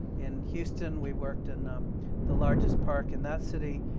in houston, we worked in um the largest park in that city.